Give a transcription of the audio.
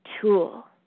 tool